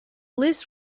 list